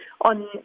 on